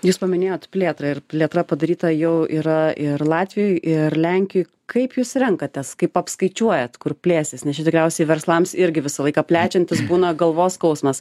jūs paminėjot plėtrą ir plėtra padaryta jau yra ir latvijoj ir lenkijoj kaip jūs renkatės kaip apskaičiuojat kur plėstis nes čia tikriausiai verslams irgi visą laiką plečiantis būna galvos skausmas